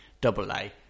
double-A